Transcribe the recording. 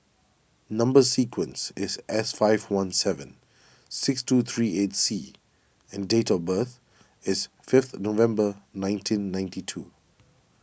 Number Sequence is S five one seven six two three eight C and date of birth is fifth November nineteen ninety two